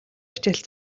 хичээл